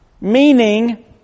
Meaning